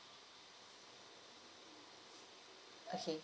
okay